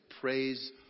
Praise